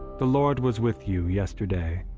the lord was with you yesterday.